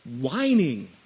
whining